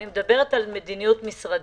אני מדברת על מדיניות משרדית.